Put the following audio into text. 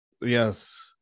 Yes